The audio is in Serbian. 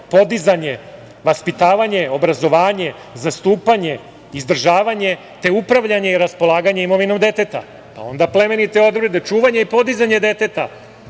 podizanje, vaspitavanje, obrazovanje, zastupanje, izdržavanje, te upravljanje i raspolaganje imovinom deteta. Onda, plemenite odredbe – čuvanje i podizanje deteta: